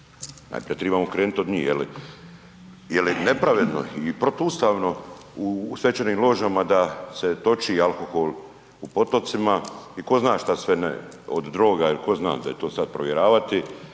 Dakle, tribamo krenuti od njih je li, je li nepravedno i protuustavno u svečanim ložama da se toči alkohol u potocima i tko zna što sve ne, od droga ili tko zna, da je to sad provjeravati,